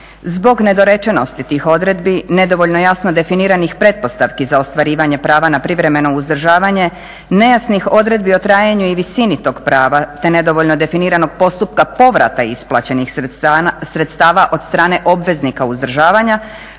zbog nedorečenosti tih odredbi, nedovoljno jasno definiranih pretpostavki za ostvarivanje prava na privremeno uzdržavanje, nejasnih odredbi o trajanju i visini tog prava, te nedovoljno definiranog postupka povrata isplaćenih sredstava od strane obveznika uzdržavanja